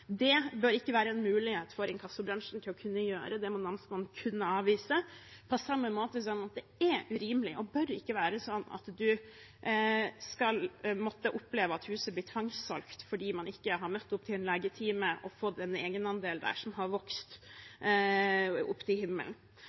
Det bør det ikke være mulig for inkassobransjen å kunne gjøre. Det må namsmannen kunne avvise – på samme måte som det er urimelig og ikke bør være sånn at man skal måtte oppleve at huset blir tvangssolgt fordi man ikke har møtt opp til en legetime og fått en egenandel som har vokst opp til himmelen.